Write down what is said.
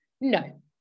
No